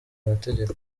amategeko